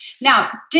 Now